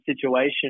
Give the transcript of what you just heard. situation